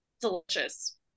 delicious